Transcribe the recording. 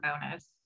bonus